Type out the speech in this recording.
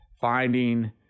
finding